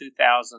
2000